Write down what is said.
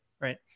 right